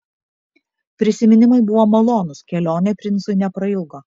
prisiminimai buvo malonūs kelionė princui neprailgo